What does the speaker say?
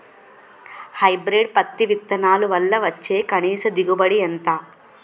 Hybrid పత్తి విత్తనాలు వల్ల వచ్చే కనీస దిగుబడి ఎంత?